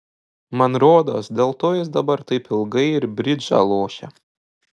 man rodos dėl to jis dabar taip ilgai ir bridžą lošia